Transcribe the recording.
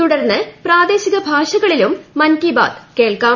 തുടർന്ന് പ്രാദേശിക ഭാഷകളിലും മൻ കി ബാത് കേൾക്കാം